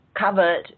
covered